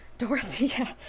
Dorothy